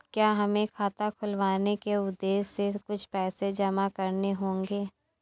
क्या हमें खाता खुलवाने के उद्देश्य से कुछ पैसे जमा करने होंगे?